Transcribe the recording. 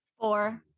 Four